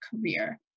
career